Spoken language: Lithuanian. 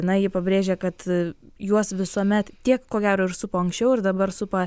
na ji pabrėžė kad juos visuomet tiek ko gero ir supo anksčiau ir dabar supa